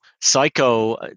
Psycho